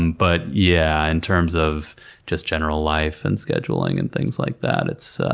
but yeah, in terms of just general life, and scheduling, and things like that, it's